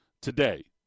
today